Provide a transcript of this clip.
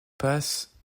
passe